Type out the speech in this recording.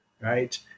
right